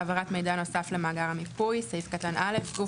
העברת מידע נוסף למאגר המיפוי 6. (א) גוף